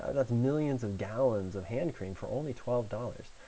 that's millions of gallons of hand cream for only twelve dollars.